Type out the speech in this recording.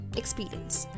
experience